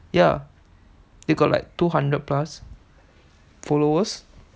ya they got like two hundred plus followers